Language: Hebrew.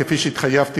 כפי שהתחייבתי,